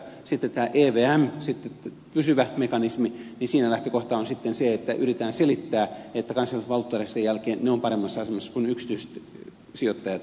sitten tässä evmssä pysyvässä mekanismissa lähtökohta on sitten se että yritetään selittää että kansainvälisen valuuttarahaston jälkeen se on paremmassa asemassa kuin yksityiset sijoittajat